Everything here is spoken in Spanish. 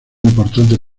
importante